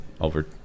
over